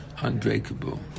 unbreakable